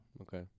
Okay